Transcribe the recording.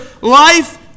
life